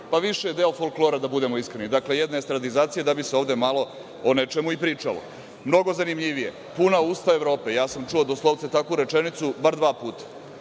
više je deo folklora, da budemo iskreni, dakle, jedne estradizacije, da bi se ovde malo o nečemu i pričalo. Mnogo zanimljivije - puna usta Evrope, čuo sam doslovce takvu rečenicu bar dva puta